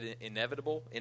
inevitable